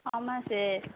ஆமாம் சார்